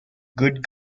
good